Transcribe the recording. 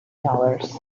dollars